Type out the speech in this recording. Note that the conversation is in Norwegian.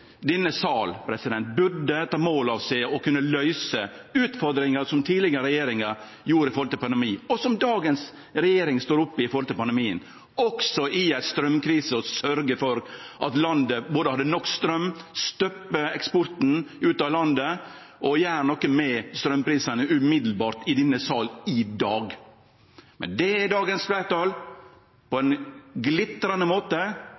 burde ta mål av seg til å kunne løyse utfordringar – slik den tidlegare regjeringa gjorde med omsyn til pandemien, og som dagens regjering står oppe i med pandemien – også i ei straumkrise og sørgje for at landet har nok straum, stoppe eksporten ut av landet og gjere noko med straumprisane med ein gong i denne sal, i dag. Det har dagens fleirtal, på ein glitrande måte